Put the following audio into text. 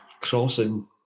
crossing